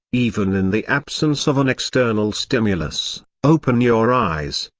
even in the absence of an external stimulus open your eyes,